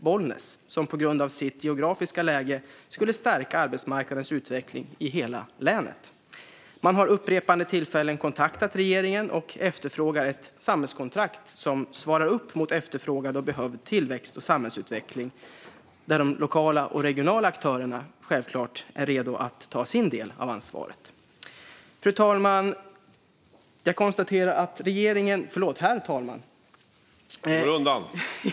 Bollnäs skulle på grund av sitt geografiska läge stärka arbetsmarknadens utveckling i hela länet. Man har vid upprepade tillfällen kontaktat regeringen och efterfrågar ett samhällskontrakt som svarar upp mot efterfrågad och behövd tillväxt och samhällsutveckling. De lokala och regionala aktörerna är självklart redo att ta sina delar av ansvaret. Herr talman!